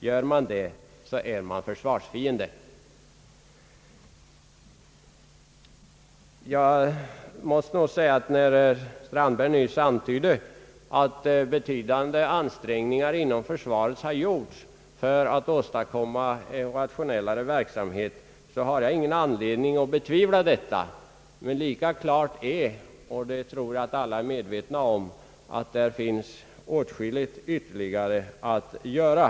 Gör man det är man försvarsfiende.» Herr Strandberg antydde nyss att betydande ansträngningar har gjorts inom försvaret för att åstadkomma en rationellare verksamhet, och jag har ingen anledning att betvivla detta. Men lika klart är — det tror jag alla är medvetna om — att det därvidlag finns åtskilligt ytterligare att göra.